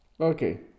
Okay